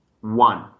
One